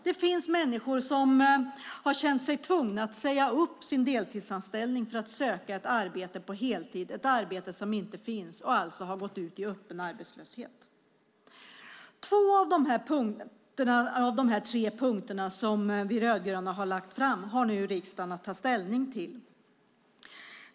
Det finns människor som känt sig tvungna att säga upp sin deltidsanställning för att söka ett arbete på heltid, ett arbete som inte finns, och alltså gått ut i öppen arbetslöshet. Två av de tre punkter som vi rödgröna har lagt fram har riksdagen nu att ta ställning till.